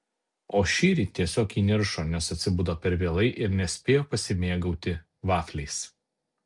o šįryt tiesiog įniršo nes atsibudo per vėlai ir nespėjo pasimėgauti vafliais